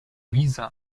visa